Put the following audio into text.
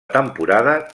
temporada